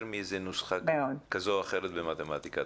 -- יותר מאיזה נוסחה כזו או אחרת במתמטיקה,